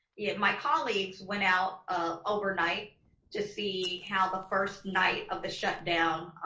yeah my colleagues went out ah overnight to see how the first night of the shutdown,